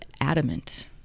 adamant